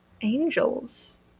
angels